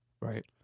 Right